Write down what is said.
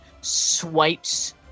swipes